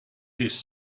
his